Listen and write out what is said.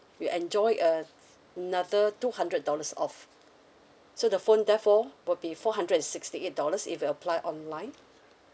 you enjoy a another two hundred dollars off so the phone therefore would be four hundred and sixty eight dollars if you apply online